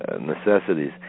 necessities